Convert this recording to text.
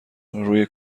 روی